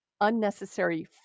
unnecessary